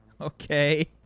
Okay